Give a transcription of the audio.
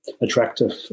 attractive